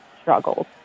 struggles